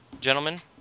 gentlemen